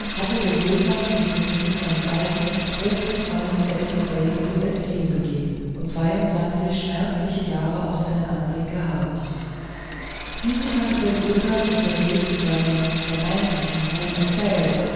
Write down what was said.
hatte der sultan den prinzen seinem alten erprobten freunde elfi bei zum erziehen gegeben und zweiundzwanzig schmerzliche jahre auf seinen anblick geharrt dieses hatte der sultan unterwegs seinem vermeintlichen sohne erzählt